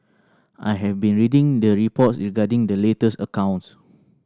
I have been reading the reports regarding the latest accounts